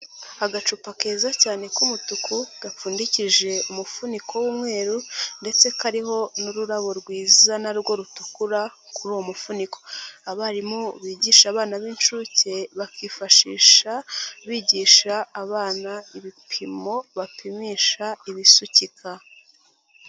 Agacupa keza cyane k'umutuku, gapfundikije umufuniko w'umweru ndetse kariho n'ururabo rwiza na rwo rutukura kuri uwo mufuniko, abarimu bigisha abana b'inshuke bakifashisha, bigisha abana ibipimo bapimisha ibisukika.